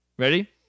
Ready